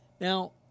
Now